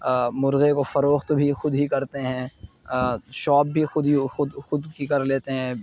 مرغے کو فروخت بھی خود ہی کرتے ہیں شاپ بھی خود ہی خود خود کی کر لیتے ہیں